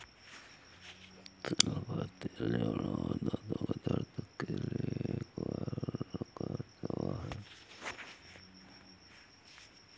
तिल का तेल जोड़ों और दांतो के दर्द के लिए एक कारगर दवा है